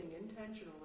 intentionally